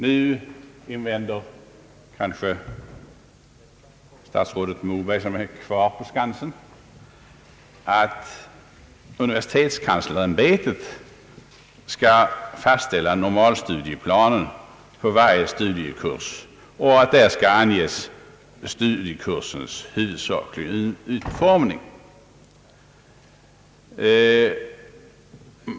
Nu invänder kanske statsrådet Moberg, som alltjämt är kvar på skansen här i kammaren, att universitetskanslersämbetet skall fastställa normalstudieplan för varje studiekurs, vari anges studiekursens huvudsakliga utformning.